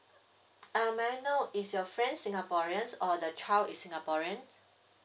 err may I know is your friend singaporean or the child is singaporean